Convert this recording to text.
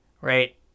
right